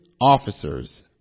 officers